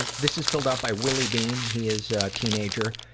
and this is filled out by willie bean. he is a teenager.